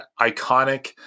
iconic